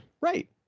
Right